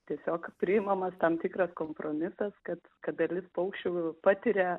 tiesiog priimamas tam tikras kompromisas kad kad dalis paukščių patiria